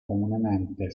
comunemente